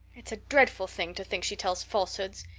it's a dreadful thing to think she tells falsehoods.